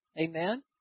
amen